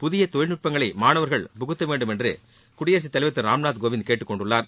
புதிய தொழில்நட்பங்களை மாணவர்கள் புகுத்த வேண்டும் என்று குடியரசுத் தலைவர் திரு ராம்நாத் கோவிந்த் கேட்டுக் கொண்டுள்ளார்